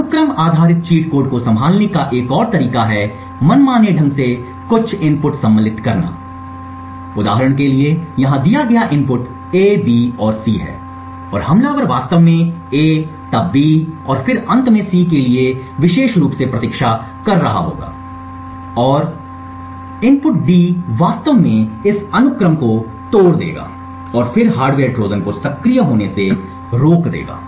अनुक्रम आधारित cheat code को संभालने का एक और तरीका है मनमाने ढंग से कुछ यादृच्छिक इनपुट सम्मिलित करना ताकि उदाहरण के लिए यहाँ दिया गया इनपुट A B और C है और हमलावर वास्तव में A तब B और फिर अंत में C के लिए विशेष रूप से प्रतीक्षा कर रहा है और यादृच्छिक इनपुट D वास्तव में इस अनुक्रम को तोड़ देगा और फिर हार्डवेयर ट्रोजन को सक्रिय होने से रोक देगा